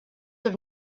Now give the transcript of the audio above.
have